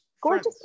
gorgeous